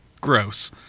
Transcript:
Gross